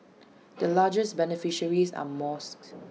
the largest beneficiaries are mosques